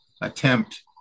attempt